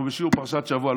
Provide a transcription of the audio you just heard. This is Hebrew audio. אנחנו בשיעור פרשת השבוע,